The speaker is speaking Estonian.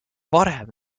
varem